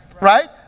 right